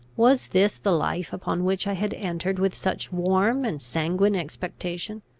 was this the life upon which i had entered with such warm and sanguine expectation?